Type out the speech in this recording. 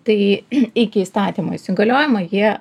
tai iki įstatymo įsigaliojimo jie